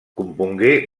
compongué